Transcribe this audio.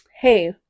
Hey